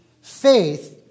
Faith